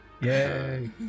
yay